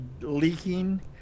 leaking